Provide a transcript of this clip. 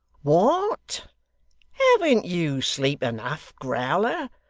what! haven't you sleep enough, growler,